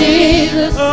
Jesus